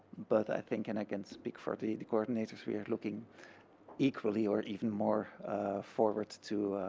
but i think and i can speak for the the coordinators, we are looking equally or even more forward to